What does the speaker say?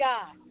God